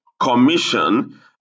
Commission